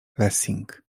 lessing